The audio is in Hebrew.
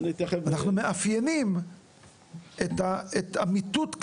אנחנו מאפיינים את אמיתות כוונותיו.